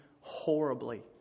horribly